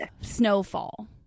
snowfall